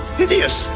hideous